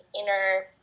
inner